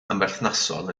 amherthnasol